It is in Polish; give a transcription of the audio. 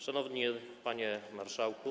Szanowny Panie Marszałku!